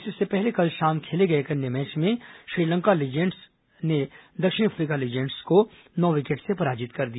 इससे पहले कल शाम खेले गए एक अन्य मैच में श्रीलंका लीजेंड्स ने दक्षिण अफ्रीका लीजेंड्स को नौ विकेट से पराजित कर दिया